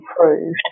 improved